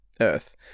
Earth